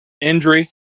injury